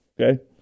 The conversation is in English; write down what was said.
Okay